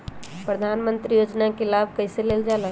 प्रधानमंत्री योजना कि लाभ कइसे लेलजाला?